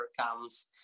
comes